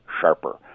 sharper